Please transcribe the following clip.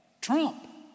Trump